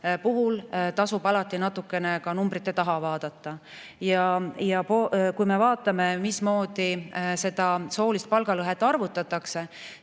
puhul tasub alati ka numbrite taha vaadata. Kui me vaatame, mismoodi soolist palgalõhet arvutatakse,